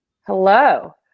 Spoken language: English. Hello